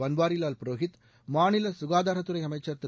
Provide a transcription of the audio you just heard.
பன்வாரிலால் புரோஹித் மாநில சுகாதாரத் துறை அமைச்சர் திரு